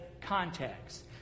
context